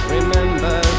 Remember